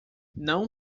não